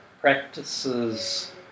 practices